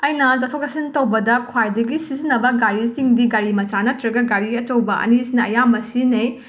ꯑꯩꯅ ꯆꯠꯊꯣꯛ ꯆꯠꯁꯤꯟ ꯇꯧꯕꯗ ꯈ꯭ꯋꯥꯏꯗꯒꯤ ꯁꯤꯖꯟꯅꯕ ꯒꯥꯔꯤꯁꯤꯡꯗꯤ ꯒꯥꯔꯤ ꯃꯆꯥ ꯅꯠꯇ꯭ꯔꯒ ꯒꯥꯔꯤ ꯑꯆꯧꯕ ꯑꯅꯤ ꯁꯤꯅ ꯑꯌꯥꯝꯕ ꯁꯤꯖꯟꯅꯩ